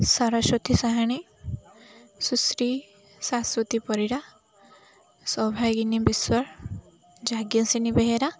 Saraswati Sahani Sushri Saswati Parida Soubhagini Biswal Jhansini Behera